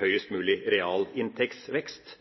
høyest mulig realinntektsvekst